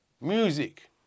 Music